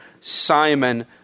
Simon